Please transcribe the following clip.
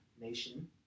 nation